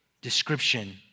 description